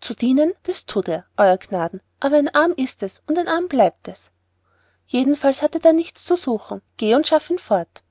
zu dienen des thut er euer jnaden aber en arm is es und en arm bleebt es jedenfalls hat er da nichts zu suchen geh und schaffe ihn fort